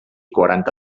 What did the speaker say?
quaranta